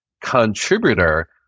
contributor